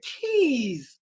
keys